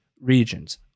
regions